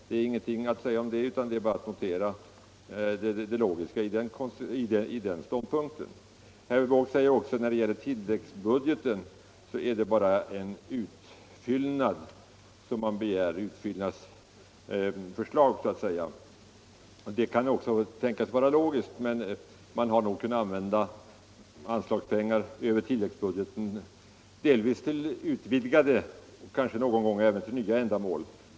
Det är ingenting att anmärka på detta, utan det är bara att notera det logiska i den ståndpunkten. Anslag över tilläggsbudgeten är menade som en utfyllnad, sade herr Wååg. Det kan också tänkas vara logiskt, men det har nog hänt att pengar över tilläggsbudgeten använts till utvidgade och kanske någon gång även nya ändamål.